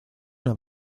una